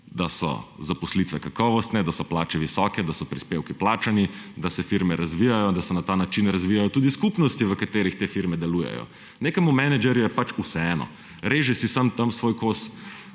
da so zaposlitve kakovostne, da so plače visoke, da so prispevki plačani, da se firme razvijajo, da se na ta način razvijajo tudi skupnosti, v katerih te firme delujejo. Nekemu menedžerju je pač vseeno, tam si samo reže svoj kos